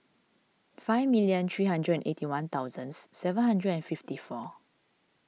five million three hundred and eighty one thousand seven hundred and fifty four